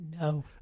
No